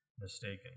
mistaken